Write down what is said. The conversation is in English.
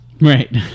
right